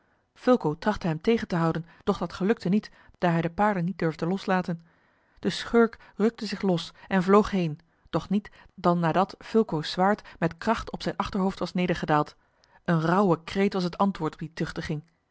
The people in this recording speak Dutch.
fulco trachtte hem tegen te houden doch dat gelukte niet daar hij de paarden niet durfde loslaten de schurk rukte zich los en vloog heen doch niet dan nadat fulco's zwaard met kracht op zijn achterhoofd was nedergedaald een rauwe kreet was het antwoord op die tuchtiging